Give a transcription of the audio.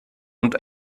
und